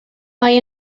mae